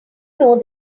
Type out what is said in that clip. know